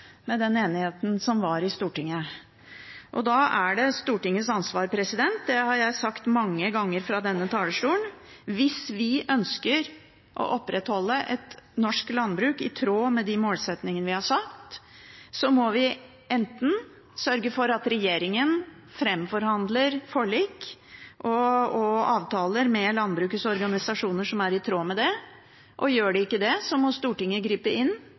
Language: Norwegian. med den enigheten som var i Stortinget, og da er det Stortingets ansvar – det har jeg sagt mange ganger fra denne talerstolen – hvis vi ønsker å opprettholde et norsk landbruk i tråd med de målsettingene vi har satt, å sørge for at regjeringen framforhandler forlik og avtaler med landbrukets organisasjoner som er i tråd med det, og gjør de ikke det, må Stortinget gripe inn